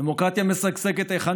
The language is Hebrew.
דמוקרטיה משגשגת היכן